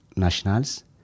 nationals